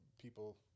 people